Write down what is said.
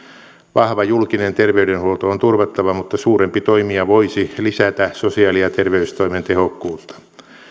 vahva julkinen terveydenhuolto on turvattava mutta suurempi toimija voisi lisätä sosiaali ja terveystoimen tehokkuutta